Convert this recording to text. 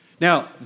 Now